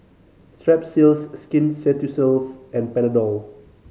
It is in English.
Strepsils Skin Ceuticals and Panadol